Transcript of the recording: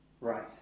Right